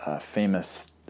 famous